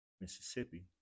Mississippi